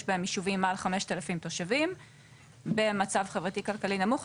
בהן ישובים מעל חמשת אלפים תושבים במצב כלכלי חברתי נמוך.